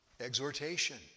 exhortation